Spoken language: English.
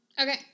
Okay